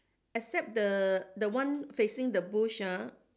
except the the one facing the bush ah